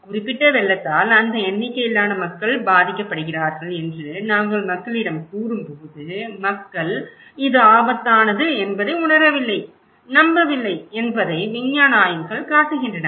குறிப்பிட்ட வெள்ளத்தால் அந்த எண்ணிக்கையிலான மக்கள் பாதிக்கப்படுகிறார்கள் என்று நாங்கள் மக்களிடம் கூறும்போது மக்கள் இது ஆபத்தானது என்பதை உணரவில்லை நம்பவில்லை என்பதை விஞ்ஞான ஆய்வுகள் காட்டுகின்றன